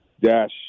dash